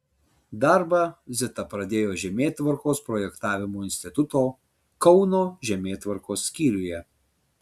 darbą zita pradėjo žemėtvarkos projektavimo instituto kauno žemėtvarkos skyriuje